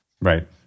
Right